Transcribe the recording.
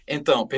Então